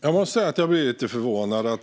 Fru talman! Jag blir lite förvånad.